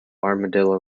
armadillo